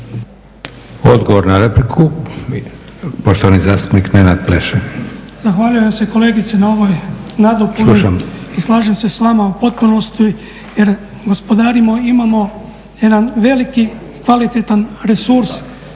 (Hrvatski laburisti - Stranka rada)** Zahvaljujem se kolegici na ovoj nadopuni i slažem se s vama u potpunosti jer gospodarimo, imamo jedan veliki, kvalitetan resurs